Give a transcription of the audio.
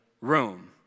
room